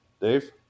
Dave